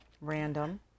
random